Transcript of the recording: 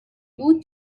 بود